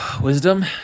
Wisdom